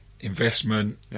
investment